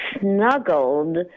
snuggled